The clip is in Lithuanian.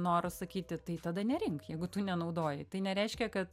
noras sakyti tai tada nerink jeigu tu nenaudoji tai nereiškia kad